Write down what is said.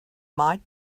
might